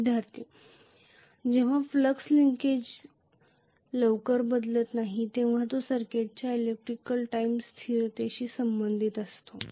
विद्यार्थीः जेव्हा flux linkage लवकर बदलत नाही तेव्हा तो सर्किटच्या इलेक्ट्रिकल टाइम स्थिरतेशी संबंधित असतो